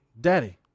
daddy